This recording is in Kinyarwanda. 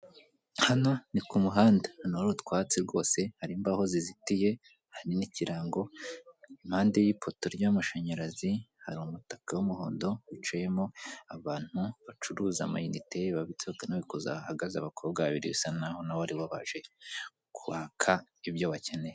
Hano ni ku muhanda, ahantu hari utwatsi rwose hari imbaho zizitiye hari n'ikirango, impande y'ipoto ry'amashanyarazi hari umutaka w'umuhondo hicayemo abantu bacuruza amainite babitsa bakanabikuza hahagaze babiri bisa n'aho nabo ari bo baje kwaka ibyo bakeneye.